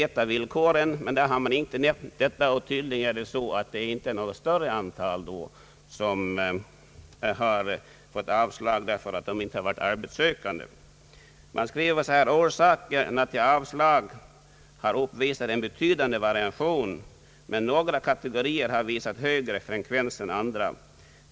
Tydligen är det inte något större antal som fått avslag på grund av att de inte varit arbetssökande. Tidningen skrev: »Orsakerna till avslag har uppvisat en betydande variation, men några kategorier har visat högre frekvens än andra.